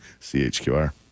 CHQR